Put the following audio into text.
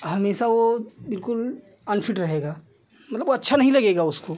हमेशा वह बिल्कुल अनफिट रहेगा मतलब वह अच्छा नहीं लगेगा उसको